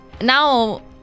Now